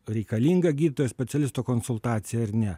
reikalinga gydytojo specialisto konsultacija ar ne